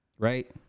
Right